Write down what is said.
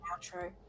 outro